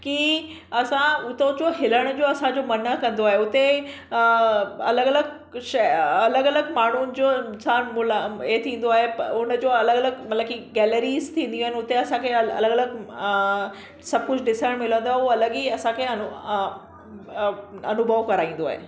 की असां उतांजो हिलण जो असांजो मनु न कंदो आहे उते अ अलॻि अलॻि माण्हुनि जो इंसानु मुलान ए थींदो आहे उनजो अलॻि अलॻि मतलबु की गैलरीस थींदी आहिनि उते असांखे अलॻि अलॻि अं सभु कुझु ॾिसणु मिलंदो आहे उहो अलॻि ई असांखे अनु अनुभव कराईंदो आहे